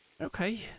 Okay